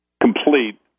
complete